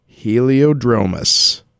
Heliodromus